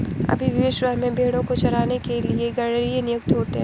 अभी भी विश्व भर में भेंड़ों को चराने के लिए गरेड़िए नियुक्त होते हैं